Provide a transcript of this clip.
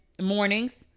mornings